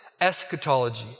eschatology